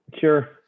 Sure